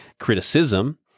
criticism